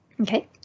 Okay